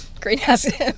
greenhouse